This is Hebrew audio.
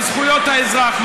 על זכויות האזרח,